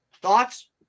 Thoughts